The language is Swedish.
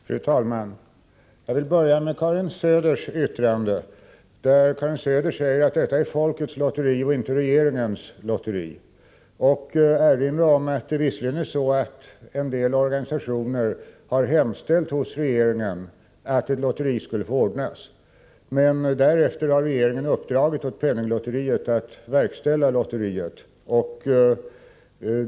Fru talman! Jag vill börja med Karin Söders yttrande. Karin Söder sade att fredslotteriet är folkets och inte regeringens lotteri. Jag vill då erinra om att en del organisationer visserligen har hemställt hos regeringen att ett lotteri skulle få ordnas, men att regeringen därefter har uppdragit åt penninglotteriet att verkställa lotteriet.